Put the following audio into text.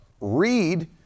read